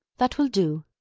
that will do!